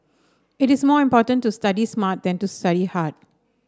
it is more important to study smart than to study hard